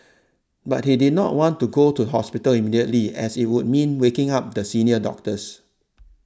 but he did not want to go to hospital immediately as it would mean waking up the senior doctors